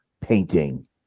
painting